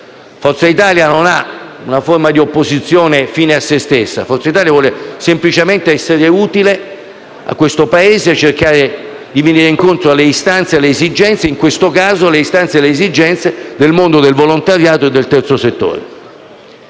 Forza Italia non ha una forma di opposizione fine a se stessa. Forza Italia vuole semplicemente essere utile al Paese e cercare di venire incontro alle istanze e alle esigenze che, nel caso specifico, sono quelle del mondo del volontariato e del terzo settore.